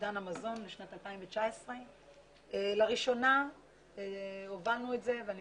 אובדן המזון לשנת 2019. לראשונה הובלנו את זה ואני